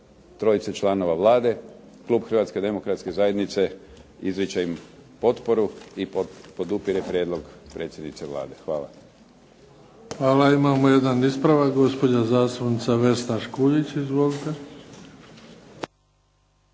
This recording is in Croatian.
trojice članova Vlade, klub Hrvatske demokratske zajednice izriče potporu i podupire prijedlog predsjednice Vlade. Hvala. **Bebić, Luka (HDZ)** Hvala. Imamo jedan ispravak gospođa zastupnica Vesna Škulić. Izvolite.